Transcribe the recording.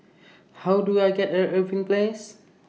How Do I get A Irving Place